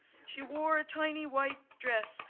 she wore a tiny white dress,